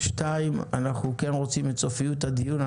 שתיים, אנחנו רוצים סופיות הדיון.